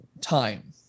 time